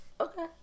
Okay